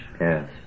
Yes